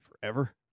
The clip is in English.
Forever